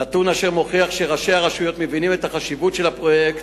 נתון אשר מוכיח שראשי הרשויות מבינים את החשיבות של הפרויקט.